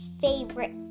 favorite